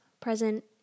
present